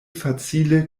facile